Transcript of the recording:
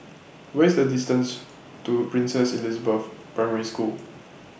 What IS The distance to Princess Elizabeth Primary School